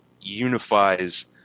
unifies